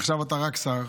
עכשיו אתה רק שר,